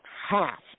half